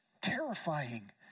terrifying